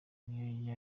niyo